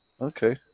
Okay